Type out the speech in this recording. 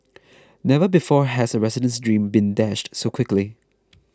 never before has a resident's dream been dashed so quickly